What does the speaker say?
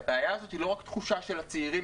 והבעיה הזאת היא לא רק תחושה של הצעירים,